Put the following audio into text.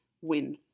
win